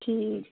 ਠੀਕ